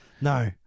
No